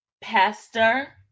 Pastor